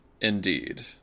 indeed